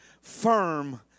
firm